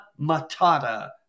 Matata